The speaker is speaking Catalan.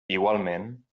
igualment